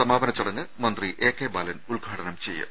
സമാപന ചടങ്ങ് മന്ത്രി എ കെ ബാലൻ ഉദ്ഘാടനം ചെയ്യും